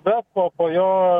bet po po jo